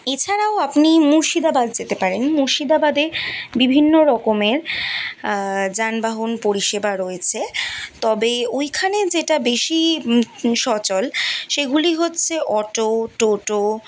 এছাড়াও আপনি মুর্শিদাবাদ যেতে পারেন মুর্শিদাবাদে বিভিন্ন রকমের যানবাহন পরিষেবা রয়েছে তবে ওইখানে যেটা বেশি সচল সেগুলি হচ্ছে অটো টোটো